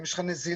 אם יש לך נזילה,